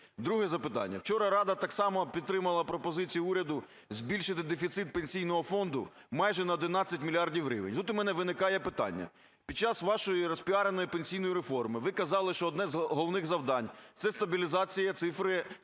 Друге запитання. Вчора Рада так само підтримала пропозиції уряду збільшити дефіцит Пенсійного фонду майже на 11 мільярдів гривень. Тут у мене виникає питання. Під час вашої розпіареної пенсійної реформи ви казали, що одне з головних завдань – це стабілізація цифри